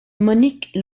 monique